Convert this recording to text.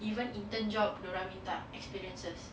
even intern job dorang minta experiences